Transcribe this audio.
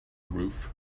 roof